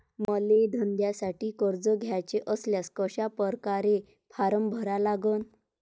मले धंद्यासाठी कर्ज घ्याचे असल्यास कशा परकारे फारम भरा लागन?